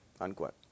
Unquote